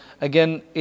again